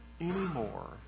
anymore